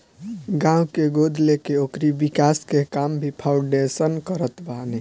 गांव के गोद लेके ओकरी विकास के काम भी फाउंडेशन करत बाने